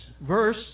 verse